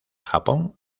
japón